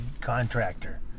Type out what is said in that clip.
contractor